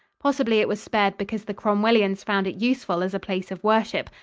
possibly it was spared because the cromwellians found it useful as a place of worship,